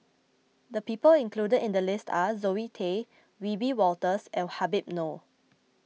the people included in the list are Zoe Tay Wiebe Wolters and Habib Noh